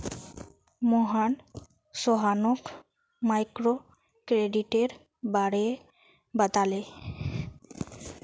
मोहन सोहानोक माइक्रोक्रेडिटेर बारे बताले